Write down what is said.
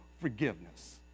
forgiveness